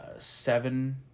Seven